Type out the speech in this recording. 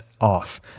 off